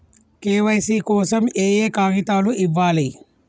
KYC కోసం ఏయే కాగితాలు ఇవ్వాలి?